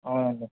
అవునండి